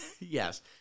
Yes